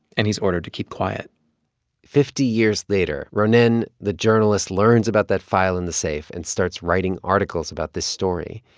and he's ordered to keep quiet fifty years later, ronen the journalist learns about that file in the safe and starts writing articles about this story.